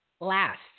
last